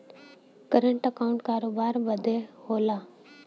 current account करोबार बदे होला